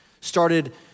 started